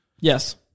Yes